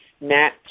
Matt